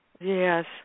Yes